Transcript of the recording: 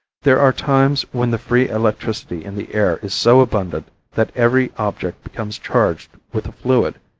there are times when the free electricity in the air is so abundant that every object becomes charged with the fluid,